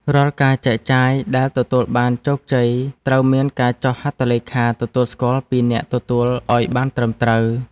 រាល់ការចែកចាយដែលទទួលបានជោគជ័យត្រូវមានការចុះហត្ថលេខាទទួលស្គាល់ពីអ្នកទទួលឱ្យបានត្រឹមត្រូវ។